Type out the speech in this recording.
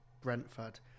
Brentford